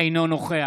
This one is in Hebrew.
אינו נוכח